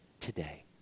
today